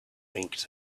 winked